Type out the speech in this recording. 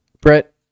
brett